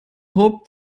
hob